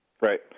Right